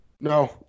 No